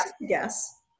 Yes